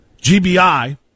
GBI